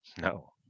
no